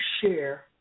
share